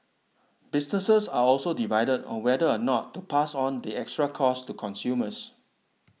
businesses are also divided on whether or not to pass on the extra costs to consumers